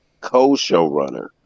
Co-showrunner